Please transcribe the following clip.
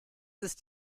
ist